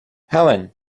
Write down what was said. helene